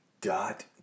dot